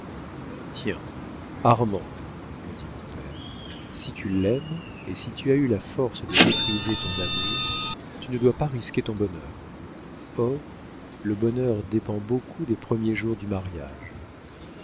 tiens armande me dit mon père si tu l'aimes et si tu as eu la force de maîtriser ton amour tu ne dois pas risquer ton bonheur or le bonheur dépend beaucoup des premiers jours du mariage